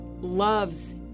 loves